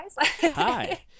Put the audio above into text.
Hi